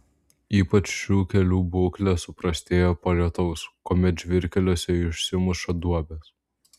ypač šių kelių būklė suprastėja po lietaus kuomet žvyrkeliuose išsimuša duobės